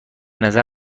نظر